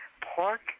pork